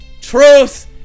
Truth